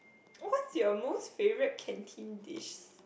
what's your most favourite canteen dish